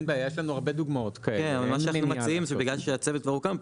כן אבל מה שאנחנו מציעים בגלל שהצוות כבר הוקם,